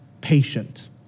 patient